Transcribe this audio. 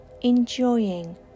enjoying